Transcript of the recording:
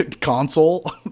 console